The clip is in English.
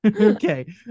Okay